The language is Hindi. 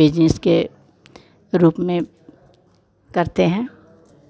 बिज़नेस के रूप में करते हैं